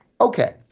Okay